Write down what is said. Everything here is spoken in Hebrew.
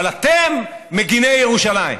אבל אתם מגיני ירושלים.